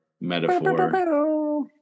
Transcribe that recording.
metaphor